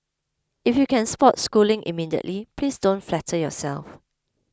if you can spot schooling immediately please don't flatter yourself